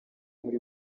muri